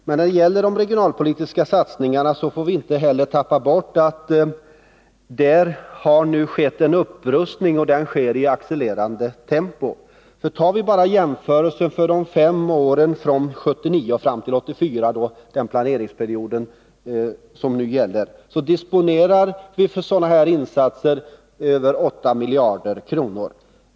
Men när det gäller de regionalpolitiska satsningarna får vi inte heller tappa bort att där sker en upprustning i accelererande tempo. Om vi tar de fem åren 1979-1984, dvs. den planeringsperiod som nu gäller, så disponerar vi för sådana insatser över 8 miljarder kronor.